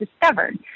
discovered